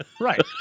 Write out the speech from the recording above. right